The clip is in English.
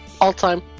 all-time